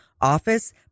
office